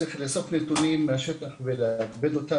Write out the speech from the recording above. צריך לאסוף נתונים מהשטח ולעבד אותם